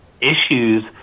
issues